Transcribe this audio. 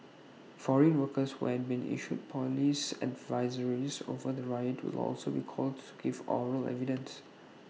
foreign workers who had been issued Police advisories over the riot will also be called to give oral evidence